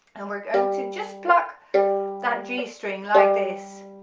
and we're going to just pluck g string like this,